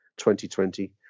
2020